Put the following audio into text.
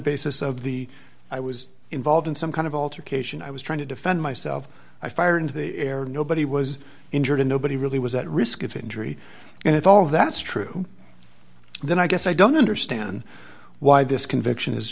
basis of the i was involved in some kind of altercation i was trying to defend myself i fire into the air nobody was injured and nobody really was at risk of injury and it's all that's true then i guess i don't understand why this conviction is